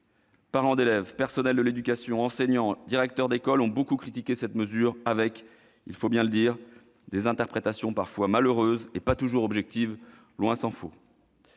Parents d'élèves, personnels de l'éducation, enseignants et directeurs d'école ont beaucoup critiqué cette mesure avec, il faut bien le dire, des interprétations parfois malheureuses, et pas toujours objectives, tant s'en faut.